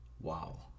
Wow